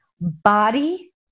Body